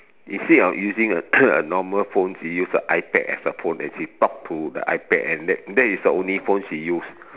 instead of using a a normal phone she use a i Pad as a phone and she talk to the i Pad and that is the only phone she use